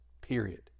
Period